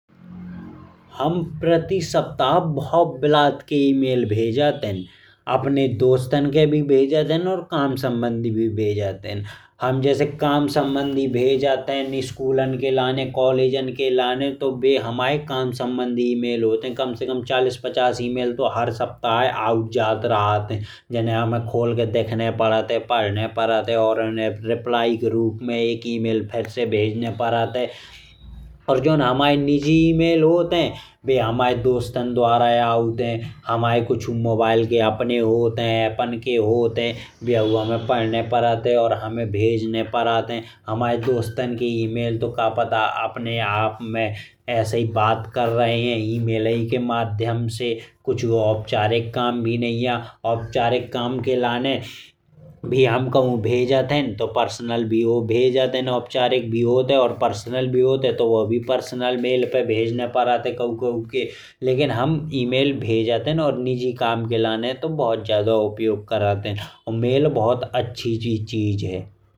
हम रोज कसरत करत हैं और रोज हम अपनी कसरत में कम से कम सात मिनट तो देत हैं। सप्ताह के कम से कम नईं देत आं तो तीन सौ सात मिनट तो हम देतै देत हैं। कसरत करन से का होत है कि शरीर बहुत ज्यादा स्वास्थ्य रहत है। यदि हम चौबीस घंटे में एक घंटा। मतलब सात मिनट कसरत करते हैं। तो इससे हमारे शरीर की रक्त संचार और बाकी सब चीज़ें बहुत अच्छे से रहत हैं। हमारी पाचन शक्ति वगैरह भी अच्छी हो रहत ही। और हमरा भोजन भी अच्छे से पच जात है। व्यायाम करे से शरीर में बहुत ज्यादा फुर्ती आ जात है। जैसे कि शरीर बहुत अच्छे से काम करत है। और आप की उम्र भी अच्छी तरह से बनी रहत है। आप जवान से दिखत रहत हैं। बैसे आप को शरीर सुस्त पड़ जात है। अगर आप शरीर की कसरत ना करें तो और हफ्ते कम से कम तीन सौ सात मिनट कसरत करबो। तो बहुत ज्यादा ज़रूरी है मतलब छै घंटा। रोज एक घंटा मन खे चलो तो छै घंटा कसरत करबो ज़रूरी है एक सप्ताह में।